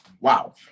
Wow